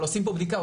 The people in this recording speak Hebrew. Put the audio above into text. אבל עושים פה בדיקה,